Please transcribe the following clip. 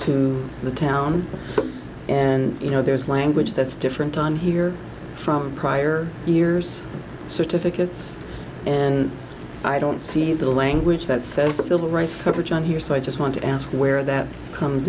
to the town and you know there's language that's different on here from prior years certificates and i don't see the language that says civil rights coverage on here so i just want to ask where that comes